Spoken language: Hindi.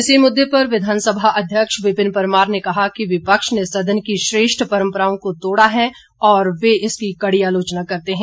इसी मुद्दे पर विधानसभा अध्यक्ष विपिन परमार ने कहा कि विपक्ष ने सदन की श्रेष्ठ परंपराओं को तोड़ा है और वह इसकी कड़ी आलोचना करते हैं